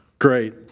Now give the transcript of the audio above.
Great